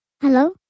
Hello